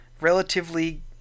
relatively